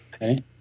Ready